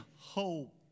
hope